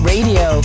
Radio